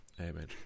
amen